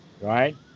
Right